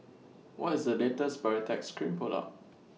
What IS The latest Baritex Cream Product